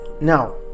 Now